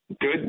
Good